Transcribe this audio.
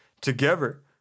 together